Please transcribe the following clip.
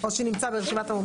או שנמצא ברשימת המומחים.